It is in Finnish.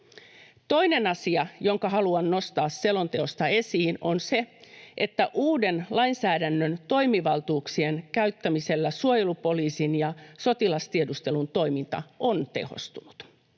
Toinen asia, jonka haluan nostaa selonteosta esiin, on se, että uuden lainsäädännön toimivaltuuksien käyttämisellä suojelupoliisin ja sotilastiedustelun toiminta on tehostunut.